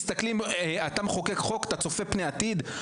אתה מחוקק חוק, אתה צופה פני עתיד?